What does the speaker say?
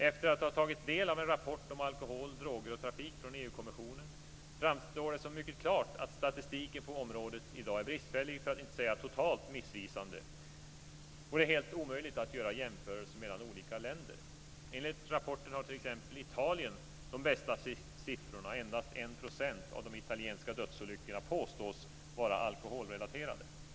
Efter att ha tagit del av en rapport om alkohol, droger och trafik från EU-kommissionen framstår det som mycket klart att statistiken på området i dag är bristfällig, för att inte säga totalt missvisande. Och det är helt omöjligt att göra jämförelser mellan olika länder. Enligt rapporten har t.ex. Italien de bästa siffrorna. Endast 1 % av de italienska dödsolyckorna påstås vara alkoholrelaterade.